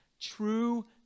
true